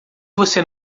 você